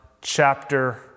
chapter